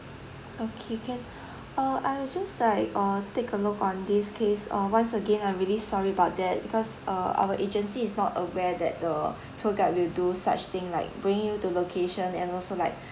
okay can uh I will just like uh take a look on this case uh once again I'm really sorry about that because uh our agency is not aware that the tour guide will do such thing like bringing you to location and also like